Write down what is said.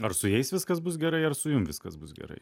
ar su jais viskas bus gerai ar su jum viskas bus gerai